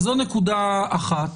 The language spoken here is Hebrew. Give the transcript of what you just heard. זו נקודה אחת.